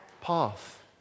path